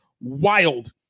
wild